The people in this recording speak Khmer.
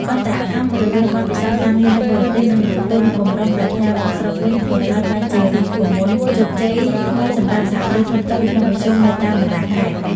អន្តរកម្មរវាងបទពិសោធន៍ការងារនៅបរទេស និងទុនបំរុងដែលផ្ញើមកស្រុកវិញ បង្កើតបានជា "រូបមន្តជោគជ័យ" ថ្មីសម្រាប់សហគ្រាសធុនតូច និងមធ្យមនៅតាមបណ្ដាខេត្ត។